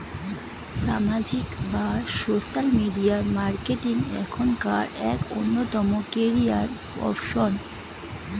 সামাজিক বা social media marketing এখনকার এক অন্যতম ক্যারিয়ার অপশন